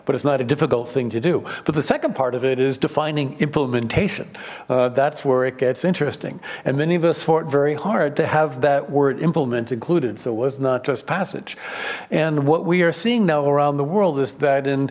but it's not a difficult thing to do but the second part of it is defining implementation that's where it gets interesting and many of us fought very hard to have that word implement included so it was not just passage and what we are seeing now around the world is that and